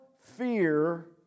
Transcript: fear